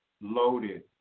Loaded